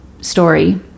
story